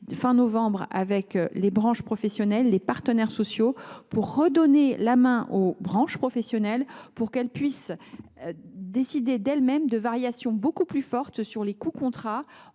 les représentants des branches professionnelles et les partenaires sociaux. Il s’agit de redonner la main aux branches professionnelles pour qu’elles puissent décider d’elles mêmes de variations beaucoup plus fortes sur les coûts contrats